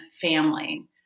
family